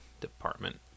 department